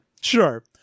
sure